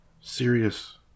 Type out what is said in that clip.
Serious